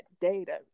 data